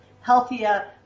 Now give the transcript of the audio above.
healthier